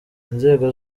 inzego